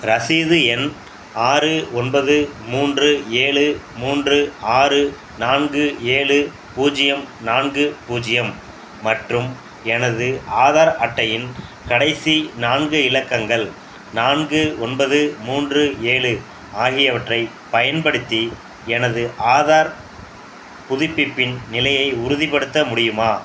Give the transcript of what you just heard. ரசீது எண் ஆறு ஒன்பது மூன்று ஏழு மூன்று ஆறு நான்கு ஏழு பூஜ்ஜியம் நான்கு பூஜ்ஜியம் மற்றும் எனது ஆதார் அட்டையின் கடைசி நான்கு இலக்கங்கள் நான்கு ஒன்பது மூன்று ஏழு ஆகியவற்றைப் பயன்படுத்தி எனது ஆதார் புதுப்பிப்பின் நிலையை உறுதிப்படுத்த முடியுமா